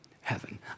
heaven